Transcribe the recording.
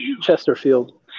Chesterfield